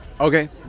Okay